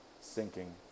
sinking